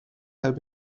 have